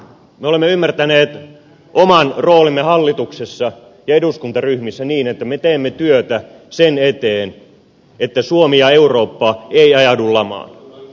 me olemme ymmärtäneet oman roolimme hallituksessa ja eduskuntaryhmissä niin että me teemme työtä sen eteen että suomi ja eurooppa eivät ajaudu lamaan